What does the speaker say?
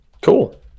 Cool